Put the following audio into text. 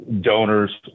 donors